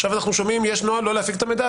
עכשיו אנחנו שומעים שיש נוהל לא להפיק את המידע,